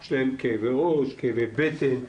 יש להם כאבי ראש, כאבי בטן.